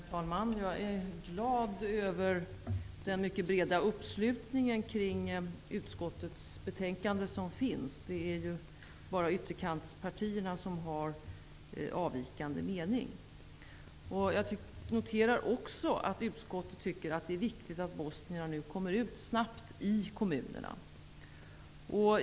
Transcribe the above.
Herr talman! Jag är glad över den mycket breda uppslutningen kring utskottets betänkande. Det är bara ytterkantspartierna som har en avvikande mening. Jag noterar också att utskottet tycker att det är viktigt att bosnierna snabbt kommer ut i kommunerna.